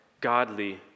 godly